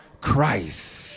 Christ